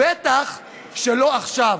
ובטח שלא עכשיו.